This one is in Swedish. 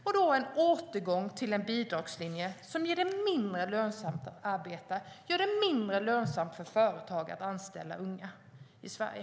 Det är en återgång till en bidragslinje som gör det mindre lönsamt att arbeta och mindre lönsamt för företag att anställa unga i Sverige.